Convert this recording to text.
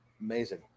amazing